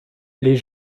les